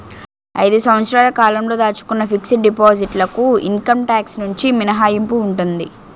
ఐదు సంవత్సరాల కాలంతో దాచుకున్న ఫిక్స్ డిపాజిట్ లకు ఇన్కమ్ టాక్స్ నుంచి మినహాయింపు ఉంటుంది